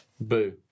Boo